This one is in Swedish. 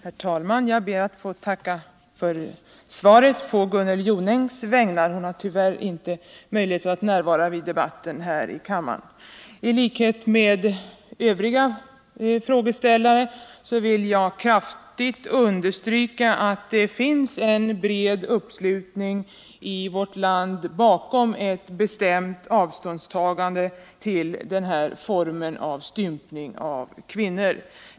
Herr talman! Jag ber att på Gunnel Jonängs vägnar få tacka statsrådet för svaret. Gunnel Jonäng har tyvärr inte möjlighet att själv delta i debatten här i kammaren. Jag vill kraftigt understryka att det finns en bred uppslutning i vårt land bakom ett bestämt avståndstagande från denna stympning av kvinnor.